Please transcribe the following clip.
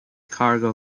cargo